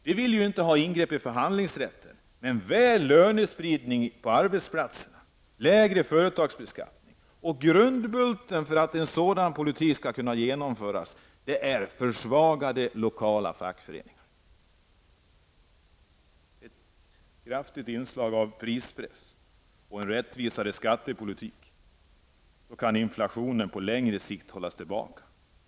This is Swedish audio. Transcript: Man vill inte ha ingrepp i förhandlingsrätten -- men väl större lönespridning, lägre företagsbeskattning etc. Grundbulten för möjligheterna att genomföra en sådan politik är försvagade lokala fackföreningar. Med inslag av kraftig prispress och en mera rättvis skattepolitik kan inflationen på längre sikt hållas tillbaka.